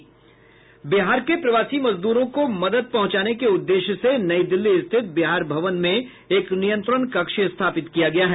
बिहार के प्रवासी मजदूरों को मदद पहुंचाने के उद्देश्य से नई दिल्ली स्थित बिहार भवन में एक नियंत्रण कक्ष स्थापित किया गया है